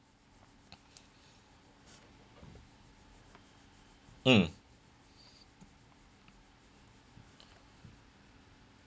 mm